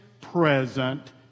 present